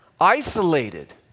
isolated